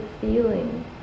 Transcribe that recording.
feeling